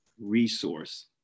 Resource